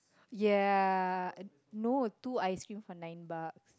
ya no two ice cream for nine bucks